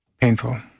painful